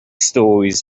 stories